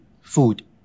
food